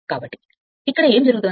కాబట్టి ఇక్కడ ఏమి జరుగుతోంది